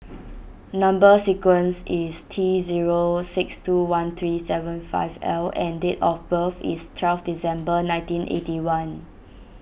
Number Sequence is T zero six two one three seven five L and date of birth is twelve December nineteen eighty one